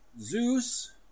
Zeus